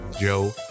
Joe